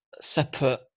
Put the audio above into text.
separate